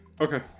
Okay